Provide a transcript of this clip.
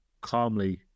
calmly